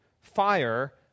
fire